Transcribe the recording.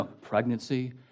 pregnancy